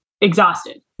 exhausted